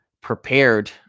prepared